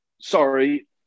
Sorry